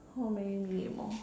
how many minute more